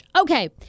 Okay